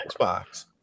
Xbox